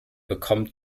bekommt